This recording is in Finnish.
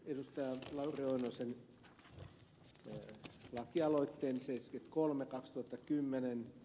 yltää rosoisen puu lakialoitteen se iski kolme kaksi tämän ed